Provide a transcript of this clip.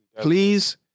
Please